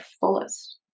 fullest